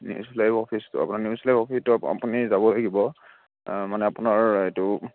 news লাইভৰ অফিচটো আপোনাৰ নিউজ লাইভৰ অফিচত আপুনি যাবই লাগিব মানে আপোনাৰ এইটো